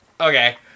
Okay